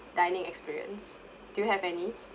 dining experience do you have any